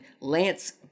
Lance